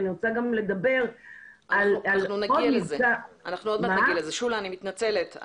אני רוצה גם לדבר על --- שולה אני מתנצלת,